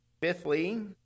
Fifthly